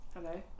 Hello